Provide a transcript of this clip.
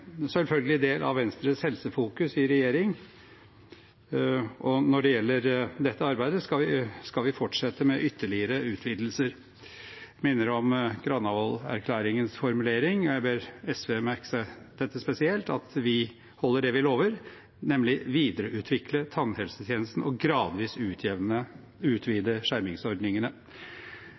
selvfølgelig del av Venstres helsefokus i regjering, og når det gjelder dette arbeidet, skal vi fortsette med ytterligere utvidelser. Jeg minner om Granavolden-plattformens formulering, og jeg ber SV merke seg dette spesielt, at vi holder det vi lover, nemlig: «Videreutvikle tannhelsetjenesten, og gradvis utvide skjermingsordningene.»